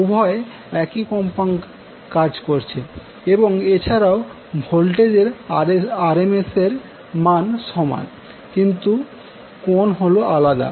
উভয় একই কম্পাঙ্কে কাজ করছে এবং এছাড়াও ভোল্টেজ এর RMS মান সমান কিন্তু কোন হল আলাদা